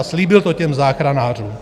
Slíbil to těm záchranářům.